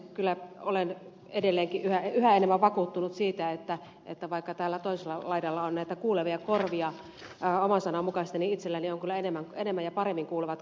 kyllä olen edelleenkin yhä enemmän vakuuttunut siitä että vaikka täällä toisella laidalla on näitä kuulevia korvia aivan sananmukaisesti niin itselläni on kyllä enemmän ja paremmin kuulevat korvat